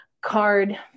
card